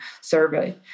survey